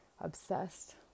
obsessed